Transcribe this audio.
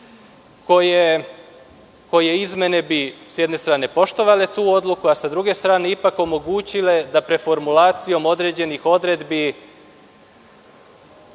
Srbije. Izmene bi s jedne strane poštovale tu odluku, a sa druge strane ipak omogućile da preformulacijom određenih odredbi.